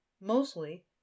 Mostly